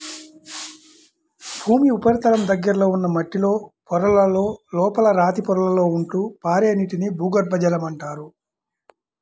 భూమి ఉపరితలం దగ్గరలో ఉన్న మట్టిలో పొరలలో, లోపల రాతి పొరలలో ఉంటూ పారే నీటిని భూగర్భ జలం అంటారు